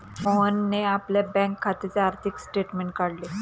मोहनने आपल्या बँक खात्याचे आर्थिक स्टेटमेंट काढले